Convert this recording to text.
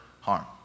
harm